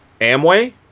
Amway